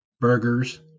burgers